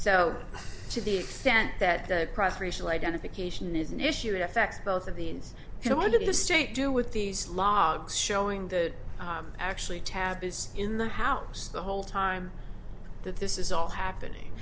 so to the extent that the cross racial identification is an issue that affects both of these you know what in the state do with these logs showing the actually tap is in the house the whole time that this is all happening